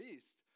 East